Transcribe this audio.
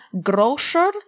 grocer